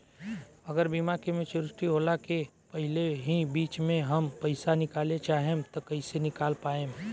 अगर बीमा के मेचूरिटि होला के पहिले ही बीच मे हम पईसा निकाले चाहेम त कइसे निकाल पायेम?